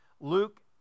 Luke